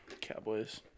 Cowboys